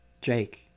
Jake